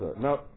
Now